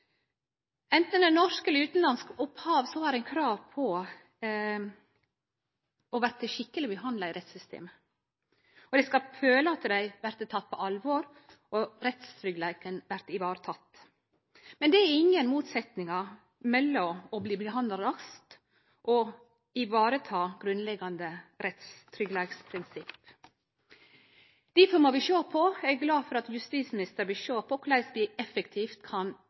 Enten ein har norsk eller utanlandsk opphav, har ein krav på å bli skikkeleg behandla i rettssystemet. Ein skal føle at ein blir teken på alvor, og at rettstryggleiken blir ivareteken. Men det er ingen motsetnad mellom å bli behandla raskt og å ivareta grunnleggjande rettstryggleiksprinsipp. Difor er eg glad for at justisministeren vil sjå på korleis vi effektivt kan